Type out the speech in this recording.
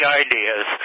ideas